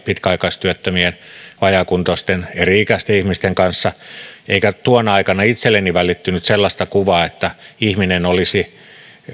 pitkäaikaistyöttömien eri ikäisten vajaakuntoisten ihmisten kanssa eikä tuona aikana itselleni välittynyt sellaista kuvaa että ihminen olisi